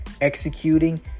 executing